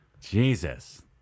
Jesus